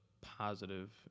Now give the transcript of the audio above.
positive